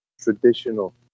traditional